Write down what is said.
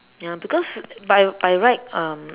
ya because by by right um